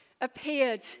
appeared